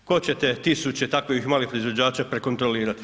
Tko će te tisuće takvih malih proizvođača prekontrolirati?